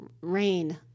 rain